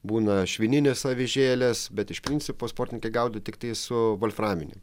būna švininės avižėlės bet iš principo sportininkai gaudo tiktais su volframiniu